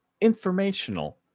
informational